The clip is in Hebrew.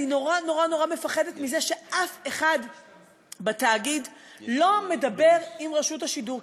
אני נורא נורא מפחדת מזה שאף אחד בתאגיד לא מדבר עם רשות השידור.